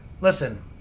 listen